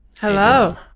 Hello